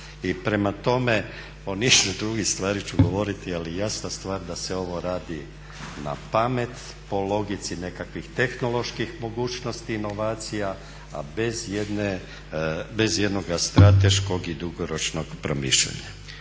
prema tome, o nizu drugih stvari ću govoriti ali jasna stvar da se ovo radi na pamet, po logici nekakvih tehnoloških mogućnosti i inovacija a bez ijednoga strateškog i dugoročnog promišljanja.